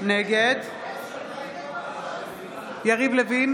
נגד יריב לוין,